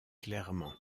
clairement